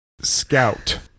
scout